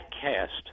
cast